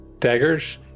daggers